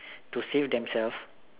to save themselves